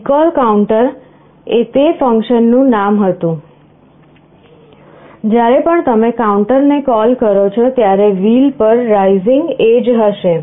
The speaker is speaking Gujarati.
રિકોલ કાઉન્ટ એ તે ફંક્શનનું નામ હતું જ્યારે પણ તમે કાઉન્ટને કોલ કરો છો ત્યારે wheel પર rising edge હશે